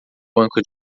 banco